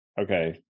okay